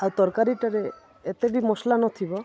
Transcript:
ଆଉ ତରକାରୀଟାରେ ଏତେ ବି ମସଲା ନଥିବ